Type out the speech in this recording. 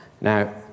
Now